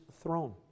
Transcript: throne